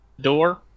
door